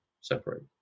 separate